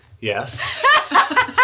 Yes